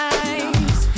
eyes